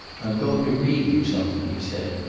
i'm going to read you something, he said.